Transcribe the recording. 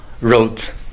wrote